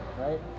right